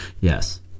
Yes